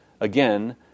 again